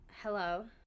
hello